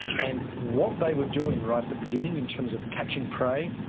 and what they were doing right at the beginning in terms of catching prey,